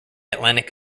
atlantic